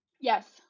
Yes